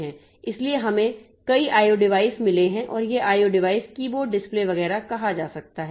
इसलिए हमें कई IO डिवाइस मिले हैं और यह IO डिवाइस कीबोर्ड डिस्प्ले वगैरह कहा जा सकता है